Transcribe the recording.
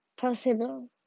possible